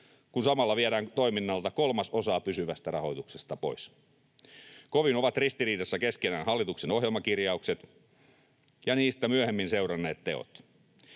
kun samalla viedään toiminnalta kolmasosa pysyvästä rahoituksesta pois. Kovin ovat ristiriidassa keskenään hallituksen ohjelmakirjaukset ja niistä myöhemmin seuranneet teot.